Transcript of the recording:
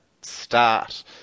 start